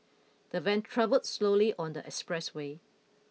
the van travelled slowly on the expressway